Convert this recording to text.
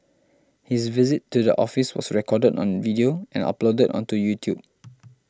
his visit to the office was recorded on video and uploaded onto YouTube